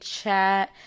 chat